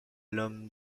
l’homme